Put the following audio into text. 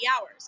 hours